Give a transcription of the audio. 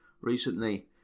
recently